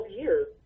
years